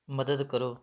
ਮਦਦ ਕਰੋ